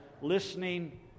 listening